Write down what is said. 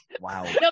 wow